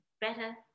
better